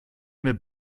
mir